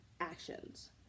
actions